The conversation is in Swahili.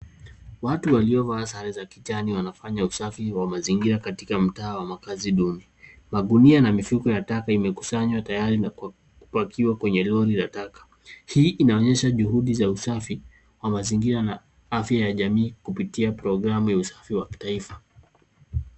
Watu waliovaa sare za kijani, wanafanya usafi wa mazingira katika mtaa wa makaazi duni. Magunia na mifuko ya taka imekusanywa na tayari kupakiwa kwenye lori la taka. Hii inaonyesha juhudi za usafi wa mazingira na afya ya jamii kupitia programu ya usafi wa kitaifa.